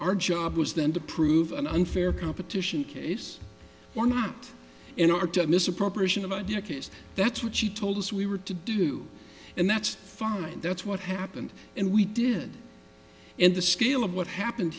our job was then to prove an unfair competition case or not in our misappropriation of idea case that's what she told us we were to do and that's fine and that's what happened and we did in the scale of what happened